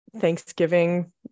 Thanksgiving